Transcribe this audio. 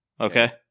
okay